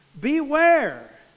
Beware